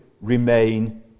remain